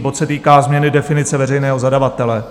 Bod se týká změny definice veřejného zadavatele.